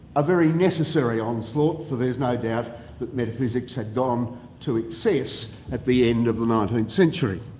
a very necessary onslaught, for there's no doubt that metaphysics had gone to excess at the end of the nineteenth century.